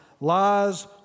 lies